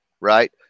right